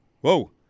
whoa